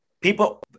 people